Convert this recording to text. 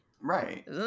right